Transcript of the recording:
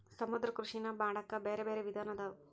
ಸಮುದ್ರ ಕೃಷಿನಾ ಮಾಡಾಕ ಬ್ಯಾರೆ ಬ್ಯಾರೆ ವಿಧಾನ ಅದಾವ